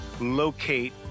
locate